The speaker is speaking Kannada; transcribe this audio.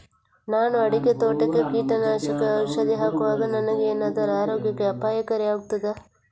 ನಾನು ಅಡಿಕೆ ತೋಟಕ್ಕೆ ಕೀಟನಾಶಕ ಔಷಧಿ ಹಾಕುವಾಗ ನನಗೆ ಏನಾದರೂ ಆರೋಗ್ಯಕ್ಕೆ ಅಪಾಯಕಾರಿ ಆಗುತ್ತದಾ?